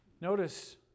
Notice